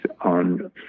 on